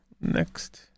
Next